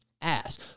ass